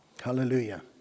Hallelujah